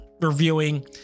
reviewing